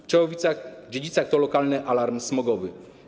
W Czechowicach-Dziedzicach to lokalny Alarm Smogowy.